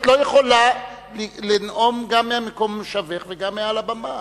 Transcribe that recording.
את לא יכולה לנאום גם ממקום מושבך וגם מעל הבמה.